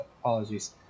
apologies